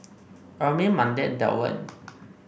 Ermine Mandi and Delwin